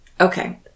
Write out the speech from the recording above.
Okay